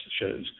shows